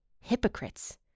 Hypocrites